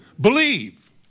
Believe